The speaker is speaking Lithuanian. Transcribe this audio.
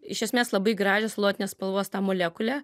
iš esmės labai gražią salotinės spalvos tą molekulę